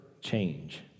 change